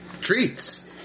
Treats